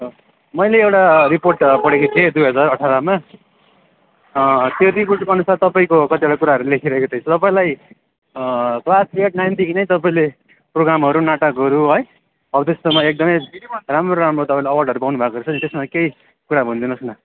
मैले एउटा रिपोर्ट पढेको थिएँ दुई हजार अठारमा त्यो रिपोर्टको अनुसार तपाईँको कतिओटा कुराहरूले लेखिरहेको थिएँ तपाईँलाई क्लास एट नाइनदेखि नै तपाईँले प्रोग्रामहरू नाटकहरू है हौ त्यस्तोमा एकदमै राम्रो राम्रो तपाईँले अवार्डहरू पाउनुभएको रहेछ त्यसमा केही कुरा भनिदिनुहोस् न